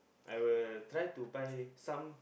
I will try to buy some